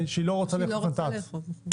שהיא לא רוצה לאכוף נת"צ?